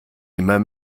immer